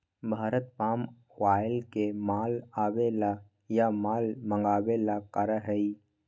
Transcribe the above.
Bharat palm oil के माल आवे ला या माल मंगावे ला करा हई